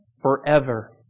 forever